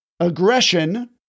aggression